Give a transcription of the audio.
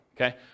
okay